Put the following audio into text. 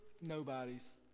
Nobody's